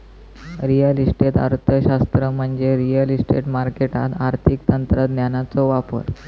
real estate अर्थशास्त्र म्हणजे real estate मार्केटात आर्थिक तंत्रांचो वापर